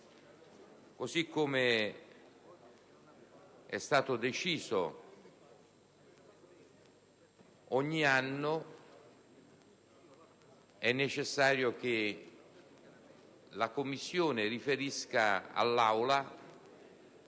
Così come è stato deciso, ogni anno è necessario che la Commissione riferisca all'Aula